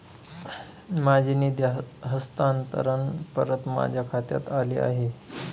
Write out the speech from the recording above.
माझे निधी हस्तांतरण परत माझ्या खात्यात आले आहे